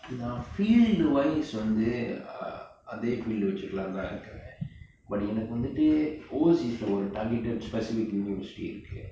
நா:naa field wise வந்து:vanthu uh அதெ:athe field வச்சுக்கிரலாம் தானு இருக்கேன்:vachukiralaam thaanu iruken but எனக்கு வந்துட்டு:enakku vanthuttu overseas ஒறு:oru targeted specific university இருக்கு:irukku